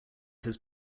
his